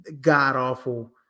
god-awful